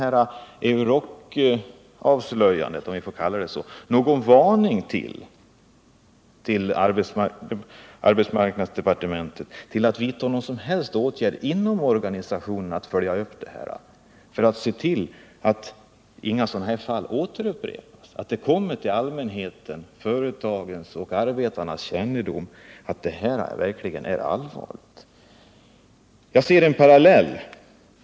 Är Eurocavslöjandet, om vi får kalla det så, en varning till arbetsmarknadsdepartementet som kan få departementet att följa upp detta så att sådana här fall inte upprepas? Tänker arbetsmarknadsdepartementet se till att det kommer till allmänhetens, företagens och arbetarnas kännedom att det här verkligen är allvarligt?